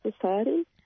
society